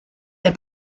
der